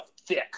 thick